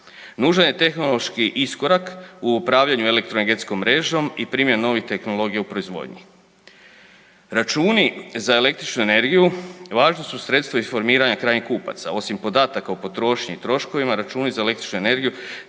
Nužan je tehnološki iskorak u upravljanju elektroenergetskom mrežom i primjeni novih tehnologija u proizvodnji. Računi za električnu energiju važno su sredstvo informiranja krajnjih kupaca, osim podataka o potrošnji i troškovima računi za električnu energiju